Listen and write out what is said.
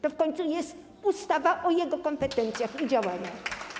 To w końcu jest ustawa o jego kompetencjach i działaniach.